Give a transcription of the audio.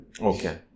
Okay